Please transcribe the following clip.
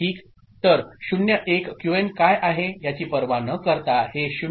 तर 0 1 क्यूएन काय आहे याची पर्वा न करता हे 0 0